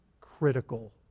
critical